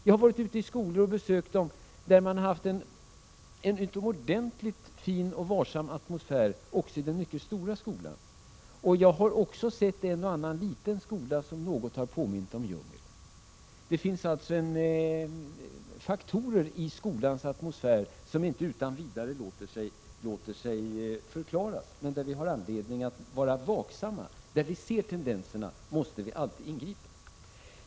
Jag har vid mina besök i skolor funnit att man kan ha en utomordentligt fin och varsam atmosfär också i den mycket stora skolan. Jag har också sett en och annan liten skola som något har påmint om djungel. Det finns alltså faktorer i skolans atmosfär som inte utan vidare låter sig förklaras men där vi har anledning att vara vaksamma. När vi ser tendenserna måste vi alltid ingripa.